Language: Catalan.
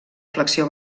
flexió